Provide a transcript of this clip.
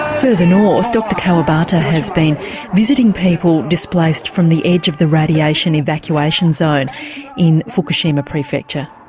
further north, dr kawabata has been visiting people displaced from the edge of the radiation evacuation zone in fukushima prefecture.